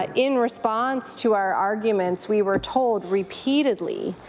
ah in response to our arguments, we were told repeatedly